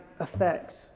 effects